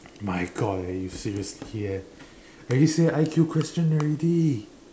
my God eh you seriously eh already said I_Q question already